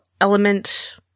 element